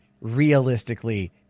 realistically